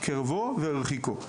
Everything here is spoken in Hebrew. קירבו והרחיקו.